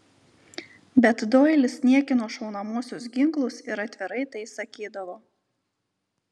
bet doilis niekino šaunamuosius ginklus ir atvirai tai sakydavo